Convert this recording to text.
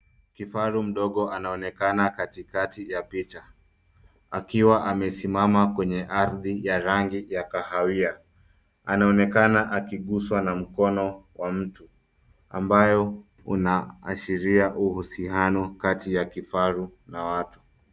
Kifaru mdogo anaonekana katikati ya picha, akiwa amesimama kwenye ardhi ya rangi ya kahawia. Anaonekana akiguswa na mkono wa mtu, ambayo unaashiria uhusiano kati ya kifaru na watu.